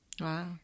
wow